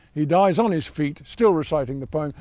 he dies on his feet still reciting the poem,